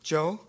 Joe